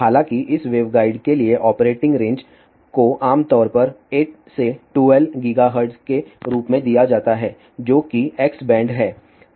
हालांकि इस वेवगाइड के लिए ऑपरेटिंग रेंज को आमतौर पर 8 से 12 गीगाहर्ट्ज के रूप में दिया जाता है जो कि एक्स बैंड है